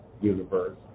universe